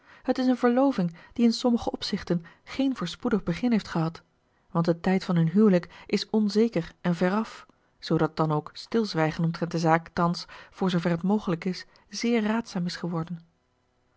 het is een verloving die in sommige opzichten geen voorspoedig begin heeft gehad want de tijd van hun huwelijk is onzeker en veraf zoodat dan ook stilzwijgen omtrent de zaak thans voor zoover het mogelijk is zeer raadzaam is geworden